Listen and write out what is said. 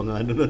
ano